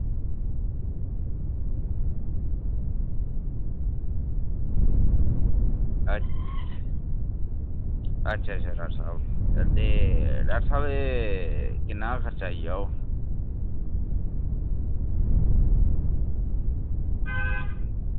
अच्छा अच्छा डॉक्टर साहब ते डॉक्टर साहब एह् किन्ना खर्चा आई जाह्ग